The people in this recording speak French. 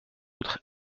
outre